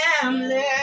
family